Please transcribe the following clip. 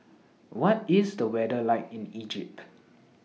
What IS The weather like in Egypt